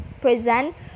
present